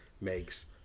makes